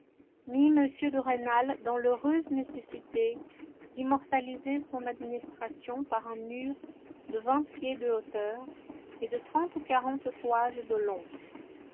m de rênal dans l'heureuse nécessité d'immortaliser son administration par un mur de vingt pieds de hauteur et de trente ou quarante toises de long